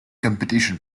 competition